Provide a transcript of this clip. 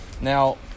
now